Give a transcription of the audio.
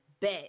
bet